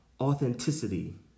authenticity